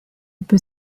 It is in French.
peut